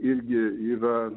irgi yra